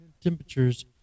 temperatures